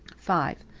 five.